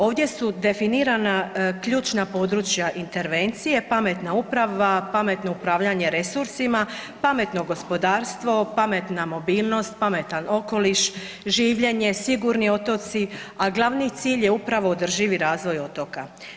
Ovdje su definirana ključna područja intervencije, pametna uprava, pametno upravljanje resursima, pametno gospodarstvo, pametna mobilnost, pametan okoliš, življenje, sigurni otoci, a glavni cilj je upravo održivi razvoj otoka.